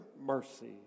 mercy